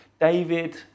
David